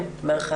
כן,